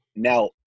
Now